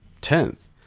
Tenth